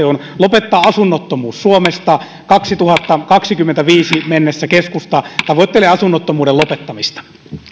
on lopettaa asunnottomuus suomesta kaksituhattakaksikymmentäviisieen mennessä keskusta tavoittelee asunnottomuuden lopettamista